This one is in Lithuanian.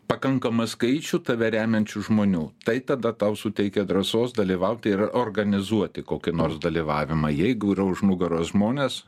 pakankamą skaičių tave remiančių žmonių tai tada tau suteikia drąsos dalyvauti ir organizuoti kokį nors dalyvavimą jeigu yra už nugaros žmonės